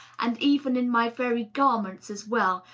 and even in my very garments as well,